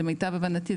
למיטב הבנתי,